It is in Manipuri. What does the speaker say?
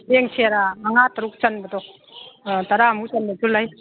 ꯆꯦꯡ ꯁꯦꯔ ꯃꯔꯥ ꯇꯔꯨꯛ ꯆꯟꯕꯗꯣ ꯇꯔꯥꯃꯨꯛ ꯆꯟꯕꯁꯨ ꯂꯩ